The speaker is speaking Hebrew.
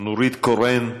נורית קורן,